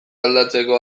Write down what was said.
aldatzeko